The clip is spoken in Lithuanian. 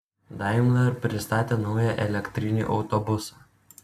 daimler pristatė naują elektrinį autobusą